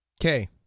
Okay